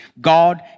God